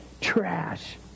trash